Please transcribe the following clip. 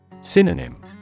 Synonym